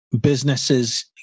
businesses